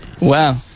Wow